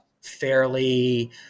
fairly